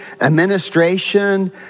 administration